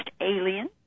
alien